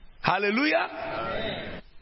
Hallelujah